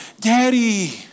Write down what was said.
Daddy